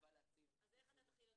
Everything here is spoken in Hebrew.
אז איך תחיל?